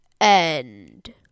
end